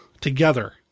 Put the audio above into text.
together